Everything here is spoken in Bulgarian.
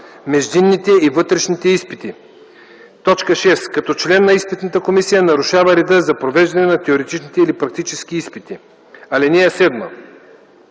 междинните и вътрешните изпити; 6. като член на изпитна комисия нарушава реда за провеждане на теоретичните или практическите изпити. (7)